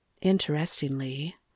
Interestingly